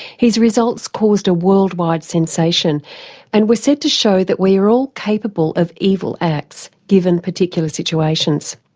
his results caused a worldwide sensation and were said to show that we are all capable of evil acts, given particular situations.